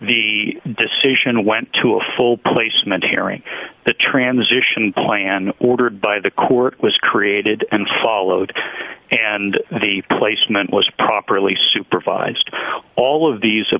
the decision went to a full placement hearing the transition plan ordered by the court was created and followed and the placement was properly supervised all of these